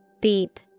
Beep